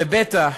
ובטח